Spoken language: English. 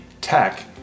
tech